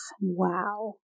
Wow